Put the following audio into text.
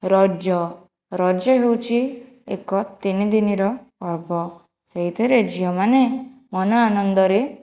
ରଜ ରଜ ହେଉଛି ଏକ ତିନି ଦିନିର ପର୍ବ ସେଇଥିରେ ଝିଅମାନେ ମନ ଆନନ୍ଦରେ